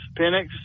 Penix